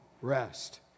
rest